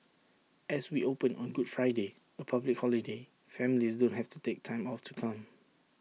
as we open on good Friday A public holiday families don't have to take time off to come